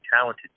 talented